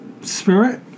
spirit